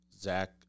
Zach